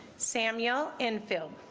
samuel and phil